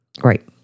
Right